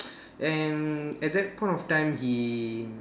and at that point of time he